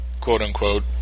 quote-unquote